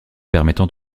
permettant